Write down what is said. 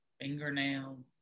fingernails